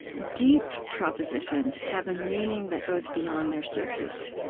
deep propositions have a meaning that goes beyond their surface.